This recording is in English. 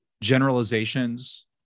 generalizations